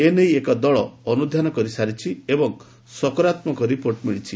ଏନେଇ ଏକ ଦଳ ଅନୁଧ୍ଧାନ କରିସାରିଛି ଏବଂ ସକାରାତ୍କକ ରିପୋର୍ଟ ମିଳିଛି